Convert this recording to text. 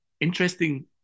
interesting